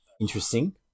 interesting